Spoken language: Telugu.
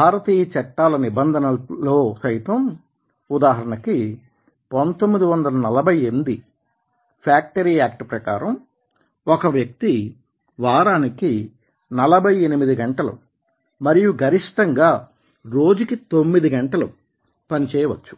భారతీయ చట్టాల నిబంధనలలో సైతం ఉదాహరణకి 1948 ఫ్యాక్టరీ యాక్ట్ ప్రకారం ఒక వ్యక్తి వారానికి 48 గంటలు మరియు గరిష్టంగా రోజుకి 9 గంటలు పని చేయవచ్చు